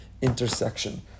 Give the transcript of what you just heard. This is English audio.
intersection